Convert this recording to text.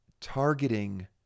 targeting